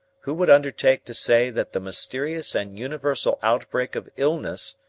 who would undertake to say that the mysterious and universal outbreak of illness,